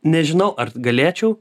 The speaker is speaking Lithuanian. nežinau ar galėčiau